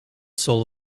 soul